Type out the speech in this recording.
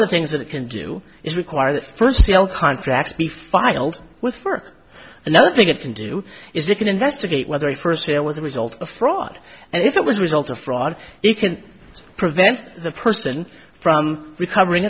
of the things that it can do is require that first sale contracts be filed with for another thing it can do is they can investigate whether a first sale with the result of fraud and if it was result of fraud it can prevent the person from recovering